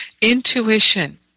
intuition